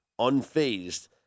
unfazed